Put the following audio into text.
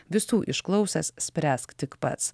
visų išklausęs spręsk tik pats